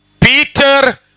Peter